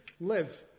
live